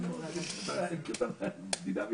לה.